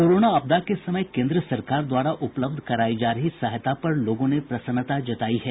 corona आपदा के समय केन्द्र सरकार द्वारा उपलब्ध करायी जा रही सहायता पर लोगों ने प्रसन्नता जतायी है